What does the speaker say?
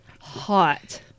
hot